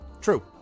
True